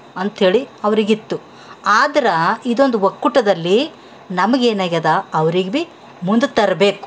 ಅಂತಹೇಳಿ ಅವರಿಗಿತ್ತು ಆದ್ರೆ ಇದೊಂದು ಒಕ್ಕೂಟದಲ್ಲಿ ನಮ್ಗೆ ಏನಾಗ್ಯದ ಅವ್ರಿಗೆ ಬಿ ಮುಂದಕ್ಕೆ ತರಬೇಕು